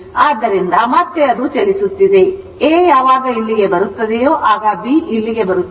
ಆದ್ದರಿಂದ ಮತ್ತೆ ಅದು ಚಲಿಸುತ್ತಿದೆ A ಯಾವಾಗ ಇಲ್ಲಿಗೆ ಬರುತ್ತದೆ ಆಗ B ಇಲ್ಲಿಗೆ ಬರುತ್ತದೆ